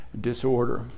disorder